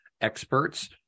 experts